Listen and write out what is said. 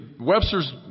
Webster's